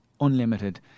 unlimited